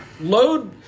Load